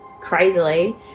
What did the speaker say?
crazily